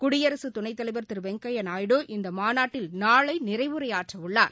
குடியரசுதுணைத்தலைவர் திருவெங்கையாநாயுடு இந்தமாநாட்டில் நாளைநிறைவுரையாற்றவுள்ளார்